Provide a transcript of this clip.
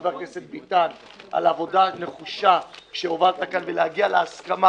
חבר הכנסת ביטן על העבודה הנחושה שהובלת כאן בשביל להגיע להסכמה